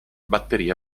batteria